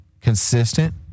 consistent